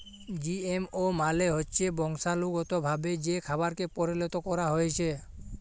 GMO মালে হচ্যে বংশালুগতভাবে যে খাবারকে পরিলত ক্যরা হ্যয়েছে